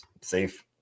safe